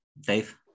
Dave